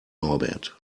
norbert